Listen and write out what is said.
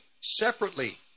separately